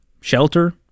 shelter